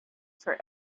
for